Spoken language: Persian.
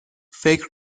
فکر